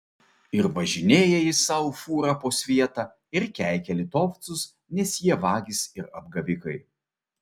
ir važinėja jis sau fūra po svietą ir keikia litovcus nes jie vagys ir apgavikai